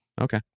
Okay